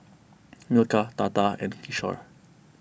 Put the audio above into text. Milkha Tata and Kishore